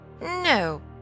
No